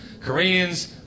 Koreans